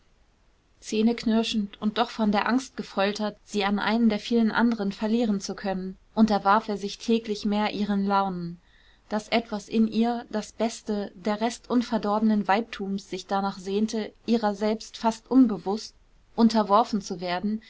zähneknirschend und doch von der angst gefoltert sie an einen der vielen anderen verlieren zu können unterwarf er sich täglich mehr ihren launen daß etwas in ihr das beste der rest unverdorbenen weibtums sich danach sehnte ihrer selbst fast unbewußt unterworfen zu werden